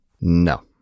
No